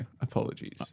apologies